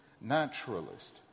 naturalist